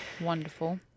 Wonderful